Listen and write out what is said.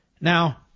Now